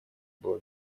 было